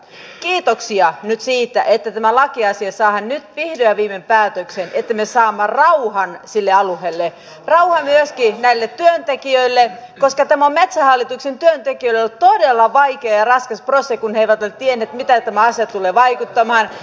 kiitoksia nyt siitä että tämä lakiasia saadaan nyt vihdoin ja viimein päätökseen että me saamme rauhan sille alueelle rauhan myöskin näille työntekijöille koska tämä on metsähallituksen työntekijöille ollut todella vaikea ja raskas prosessi kun he eivät ole tienneet miten tämä asia tulee vaikuttamaan